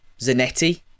Zanetti